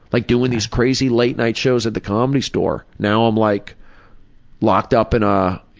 like doing these crazy late night shows at the comedy store. now i'm like locked up in a,